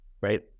right